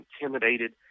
intimidated